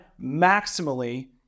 maximally